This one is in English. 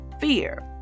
fear